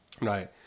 Right